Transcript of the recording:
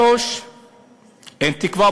3. אין תקווה,